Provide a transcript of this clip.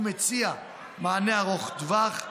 הוא מציע מענה ארוך טווח,